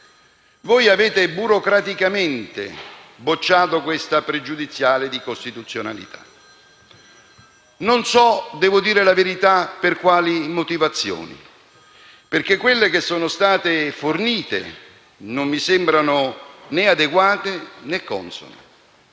Avete burocraticamente bocciato la pregiudiziale di costituzionalità, ma - devo dire la verità - non so per quali motivazioni, perché quelle che sono state fornite non mi sembrano né adeguate, né consone.